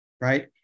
right